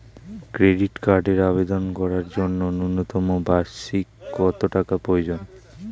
Credit কার্ডের আবেদন করার জন্য ন্যূনতম বার্ষিক কত টাকা প্রয়োজন?